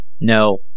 No